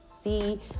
see